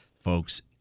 folks